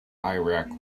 iraq